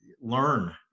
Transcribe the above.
learn